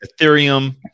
Ethereum